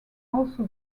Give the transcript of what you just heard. also